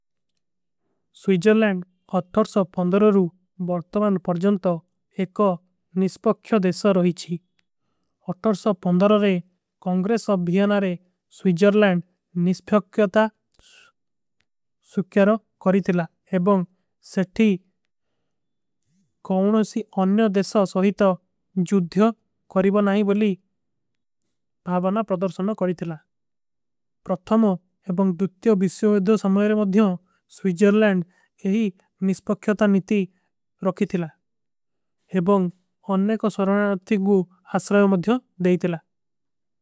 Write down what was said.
ସ୍ଵୀଜରଲୈଂଡ ରୂ ବରତମାନ ପରଜନତ ଏକ ନିସ୍ପକ୍ଯୋ ଦେଶା ରହୀ ଛୀ। ରେ କଂଗ୍ରେସ ଅବ୍ଭୀଯନାରେ ସ୍ଵୀଜରଲୈଂଡ ନିସ୍ପକ୍ଯୋତା। ସୁକ୍ଯାରୋ କରୀ ତିଲା ଏବଂଗ ସେଠୀ କୌନୋଂ ସୀ ଅନ୍ଯ ଦେଶା ସହୀତା ଜୁଧ୍ଯୋ। କରୀବା ନାଈ ବଲୀ ଭାଵନା ପ୍ରଦର୍ଶନ କରୀ ତିଲା ପ୍ରତ୍ଥମୋଂ ଏବଂଗ ଦୁତ୍ଯୋ। ଵିଶ୍ଯୋଵେଦ୍ଯୋ ସମଯରେ ମଦ୍ଯୋଂ ସ୍ଵୀଜରଲୈଂଡ ଯହୀ ନିସ୍ପକ୍ଯୋତା ନିତି। ରଖୀ ତିଲା ଏବଂଗ ଅନ୍ଯ କୋ ସରଣାରତି କୂ ଆସରାଯୋ ମଦ୍ଯୋଂ ଦେଈ ତିଲା।